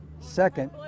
second